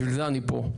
בשביל זה אני פה.